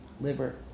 liver